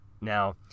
Now